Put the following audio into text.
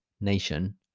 nation